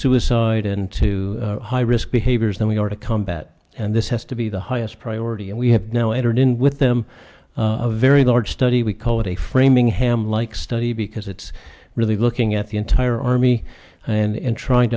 suicide into high risk behaviors than we are to combat and this has to be the highest priority and we have now entered in with them a very large study we call it a framingham like study because it's really looking at the entire army and trying